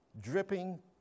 dripping